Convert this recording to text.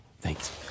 Thanks